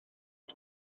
wyt